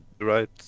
right